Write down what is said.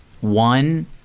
One